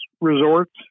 resorts